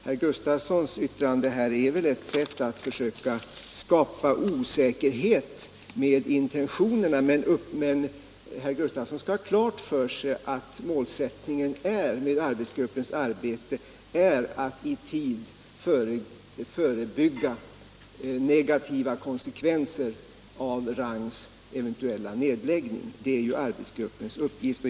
Herr Gustavssons yttrande är väl ett sätt att försöka skapa osäkerhet om intentionerna. Men herr Gustavsson skall ha klart för sig att arbetsgruppens uppgift är att i tid förebygga negativa konsekvenser av Rangs eventuella nedläggning.